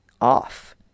off